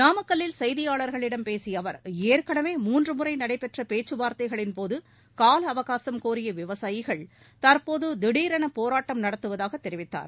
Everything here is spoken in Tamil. நாமக்கல்லில் செய்தியாளர்களிடம் பேசிய அவர் ஏற்கனவே மூன்று முறை நடைபெற்ற பேச்சுவார்த்தைகளின்போது காலஅவகாசம் கோரிய விவசாயிகள் தற்போது திடீரென போராட்டம் நடத்துவதாக தெரிவித்தார்